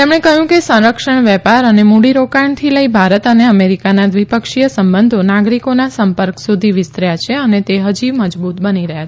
તેમણે કહ્યું કે સંરક્ષણ વેપાર અને મૂડીરોકાણથી લઈ ભારત અને અમેરિકાના દ્વિપક્ષીય સંબંદો નાગરિકોના સંપર્ક સુધી વિસ્તર્યા છે અને તે હજી મજબૂત બની રહ્યા છે